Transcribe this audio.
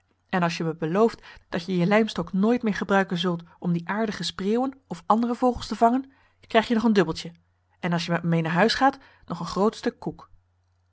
en als je me belooft dat je je lijmstok nooit meer gebruiken zult om die aardige spreeuwen of andere vogels te vangen krijg je nog een dubbeltje en als je met me mee naar huis gaat nog een groot stuk koek